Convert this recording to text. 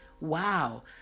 Wow